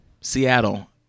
Seattle